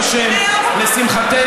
וברוך השם, לשמחתנו,